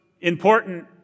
important